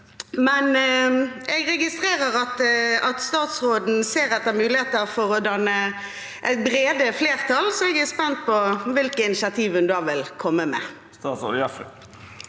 Jeg registrerer at statsråden ser etter muligheter for å danne brede flertall, så jeg er spent på hvilke initiativ hun da vil komme med.